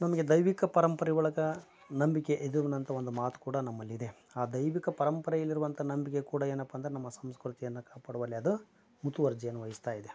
ನಮಗೆ ದೈವಿಕ ಪರಂಪರೆ ಒಳಗೆ ನಂಬಿಕೆ ಇದುವಿನ ಅಂತ ಒಂದು ಮಾತು ಕೂಡ ನಮ್ಮಲ್ಲಿದೆ ಆ ದೈವಿಕ ಪರಂಪರೆಯಲ್ಲಿರುವಂಥಾ ನಂಬಿಕೆ ಕೂಡ ಏನಪ್ಪ ಅಂದರೆ ನಮ್ಮ ಸಂಸ್ಕೃತಿಯನ್ನ ಕಾಪಾಡುವಲ್ಲಿ ಅದು ಮುತುವರ್ಜಿಯನ್ನು ವಹಿಸ್ತಾ ಇದೆ